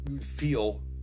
feel